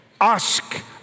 ask